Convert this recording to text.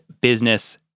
business